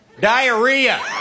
Diarrhea